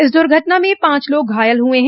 इस दुर्घटना में पांच लोग घायल हुये हैं